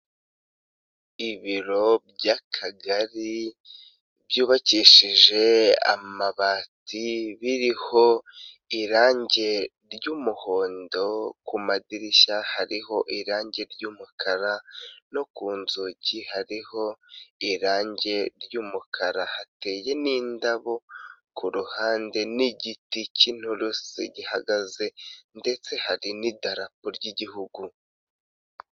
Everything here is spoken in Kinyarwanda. Ibiro by'Akagari byubakishije amabati, biriho irangi ry'umuhondo. Kumadirishya hariho irangi ry'mukara no ku nzugi hariho irangi ry'umukara. Hateye n'indabo kuruhande n'igiti k'inturusu gihagaze ndetse hari n'idarapo ry'Igihugu.